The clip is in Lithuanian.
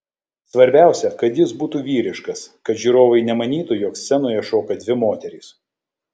svarbiausia kad jis būtų vyriškas kad žiūrovai nemanytų jog scenoje šoka dvi moterys